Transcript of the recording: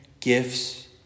gifts